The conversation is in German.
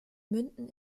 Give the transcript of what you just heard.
münden